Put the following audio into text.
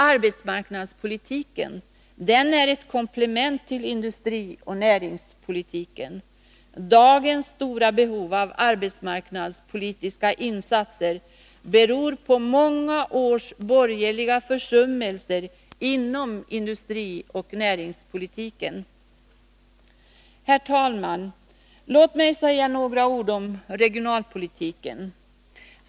Arbetsmarknadspolitiken är ett komplement till industrioch näringspolitiken. Dagens stora behov av arbetsmarknadspolitiska insatser beror på många års borgerliga försummelser inom industrioch näringspolitiken. Herr talman! Låg mig sägra några ord om regionalpolitiken.